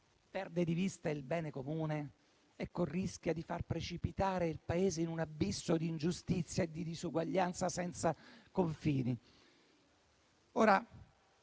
perde di vista il bene comune, rischia di far precipitare il Paese in un abisso di ingiustizia e di disuguaglianza senza confini. Ora